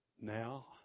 now